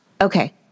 okay